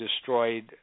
destroyed